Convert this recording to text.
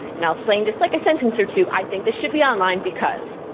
and i'll explain just like a sentence or two, i think they should be online because.